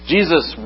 Jesus